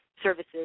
services